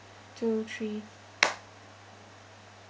two three